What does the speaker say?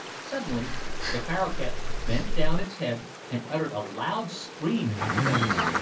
suddenly the paroquet bent down its head and uttered a loud scream in his face.